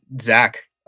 Zach